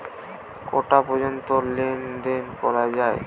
কটা পর্যন্ত লেন দেন করা য়ায়?